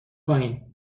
پایین